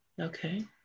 Okay